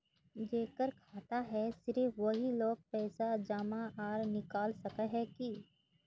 जेकर खाता है सिर्फ वही लोग पैसा जमा आर निकाल सके है की?